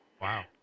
Wow